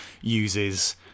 uses